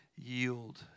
yield